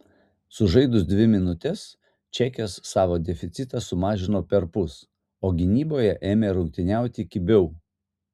sužaidus dvi minutes čekės savo deficitą sumažino perpus o gynyboje ėmė rungtyniauti kibiau